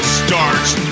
starts